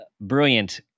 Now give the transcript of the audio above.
brilliant